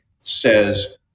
says